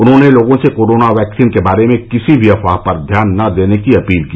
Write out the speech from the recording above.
उन्होंने लोगों से कोरोना वैक्सीन के बारे में किसी भी अफवाह पर ध्यान ना देने की अपील की